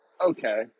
okay